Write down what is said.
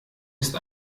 ist